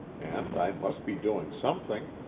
and i must be doing something.